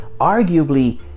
arguably